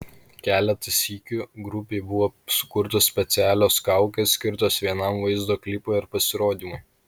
keletą sykių grupei buvo sukurtos specialios kaukės skirtos vienam vaizdo klipui ar pasirodymui